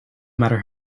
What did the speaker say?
matter